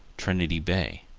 trinity bay,